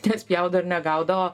ten spjaudo ir negaudo o